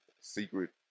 secret